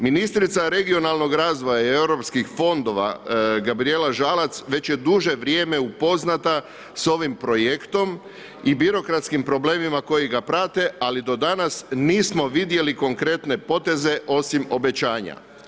Ministrica regionalnog razvoja i europskih fonda Gabrijela Žalac već je duže vrijeme upoznata s ovim projektom i birokratskim problemima koji ga prate ali do danas nismo vidjeli konkretne poteze osim obećanja.